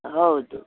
ಹೌದು